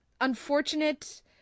unfortunate